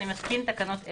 אני מתקין תקנות אלה.